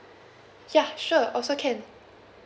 ya sure also can